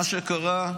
מה שקרה,